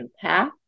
path